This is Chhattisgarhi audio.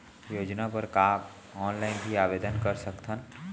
योजना बर का ऑनलाइन भी आवेदन कर सकथन?